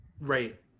right